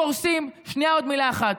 העסקים קורסים, שנייה, עוד מילה אחת.